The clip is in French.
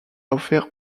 offert